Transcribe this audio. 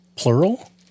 Plural